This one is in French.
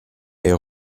est